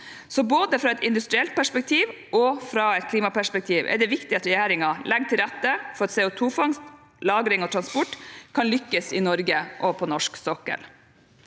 Så både fra et industrielt perspektiv og fra et klimaperspektiv er det viktig at regjeringen legger til rette for at CO2-fangst og -lagring og transport kan lykkes i Norge og på norsk sokkel.